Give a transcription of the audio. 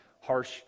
harsh